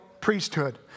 priesthood